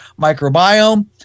microbiome